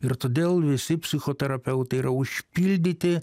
ir todėl visi psichoterapeutai yra užpildyti